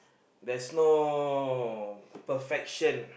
there's no perfection